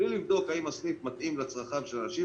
בלי לבדוק האם הסניף מתאים לצרכים של אנשים,